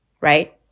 Right